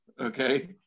Okay